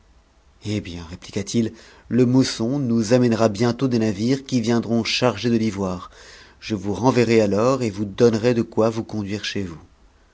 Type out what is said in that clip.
hé bien répliqua-t-il le moçon nous amènera bientôt des navires qui viendront charger de l'ivoire je vous renverrai alors et vous donnerai de quoi vous conduire chez vous